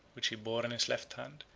which he bore in his left hand,